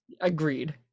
Agreed